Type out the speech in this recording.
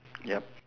ya